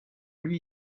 lui